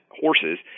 horses